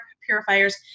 purifiers